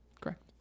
correct